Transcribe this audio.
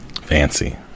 fancy